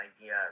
idea